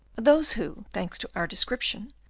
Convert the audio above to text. those who, thanks to our description,